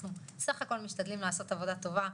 אנחנו סך הכול משתדלים לעשות עבודה טובה,